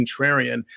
contrarian